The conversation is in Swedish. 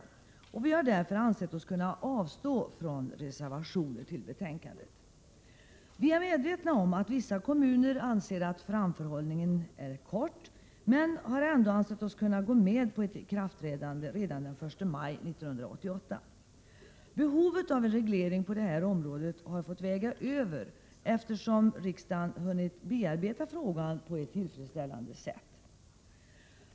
Följaktligen har vi ansett oss kunna avstå från reservationer till betänkandet. Vi är medvetna om att vissa kommuner anser att framförhållningen är kort, men vi har ändå ansett oss kunna gå med på ett ikraftträdande sedan den 1 maj 1988. Behovet av en reglering på detta område har fått väga över, eftersom utskottet har hunnit bearbeta frågan på ett tillfredsställande sätt.